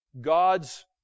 God's